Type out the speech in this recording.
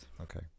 Okay